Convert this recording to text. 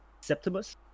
Septimus